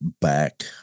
back